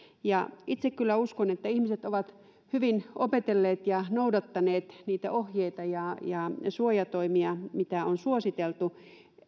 itse kyllä uskon että ihmiset ovat hyvin opetelleet ja noudattaneet niitä ohjeita ja ja suojatoimia mitä on suositeltu